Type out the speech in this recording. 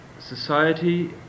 society